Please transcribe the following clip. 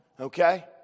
Okay